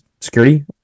security